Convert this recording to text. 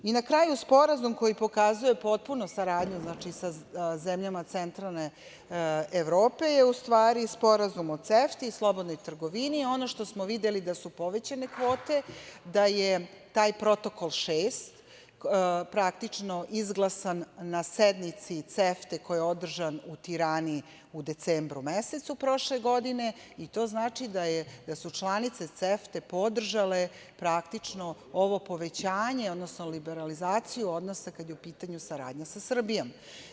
I, na kraju Sporazum koji pokazuje potpunu saradnju sa zemljama centralne Evrope, - je u stvari Sporazum o CEFTI, slobodnoj trgovini, ono što smo videli da su povećane kvote, da je taj protokol 6. praktično izglasan na sednici CEFTE koja je održan u Tirani u decembru mesecu prošle godine i to znači da su članice CEFTE podržale praktično ovo povećanje, odnosno liberalizaciju odnosa kad je u pitanju saradnje sa Srbijom.